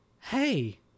Hey